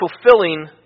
fulfilling